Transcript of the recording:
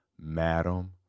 Madam